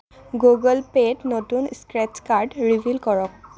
Google পে'ত নতুন scratch card reveal কৰক